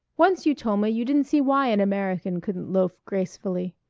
once you told me you didn't see why an american couldn't loaf gracefully.